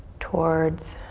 towards